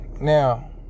Now